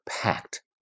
packed